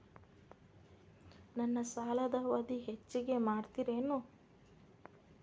ನನ್ನ ಸಾಲದ ಅವಧಿ ಹೆಚ್ಚಿಗೆ ಮಾಡ್ತಿರೇನು?